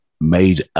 made